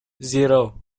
zero